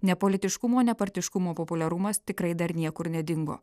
nepolitiškumo nepartiškumo populiarumas tikrai dar niekur nedingo